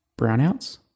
brownouts